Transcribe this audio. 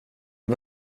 jag